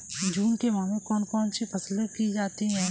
जून के माह में कौन कौन सी फसलें की जाती हैं?